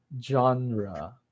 genre